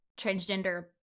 transgender